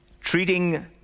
treating